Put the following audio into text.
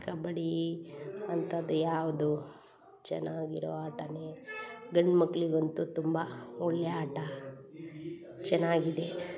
ಕಬಡ್ಡಿ ಅಂಥದ್ದು ಯಾವುದು ಚೆನ್ನಾಗಿರೋ ಆಟವೇ ಗಂಡು ಮಕ್ಕಳಿಗಂತೂ ತುಂಬ ಒಳ್ಳೆಯ ಆಟ ಚೆನ್ನಾಗಿದೆ